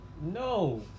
No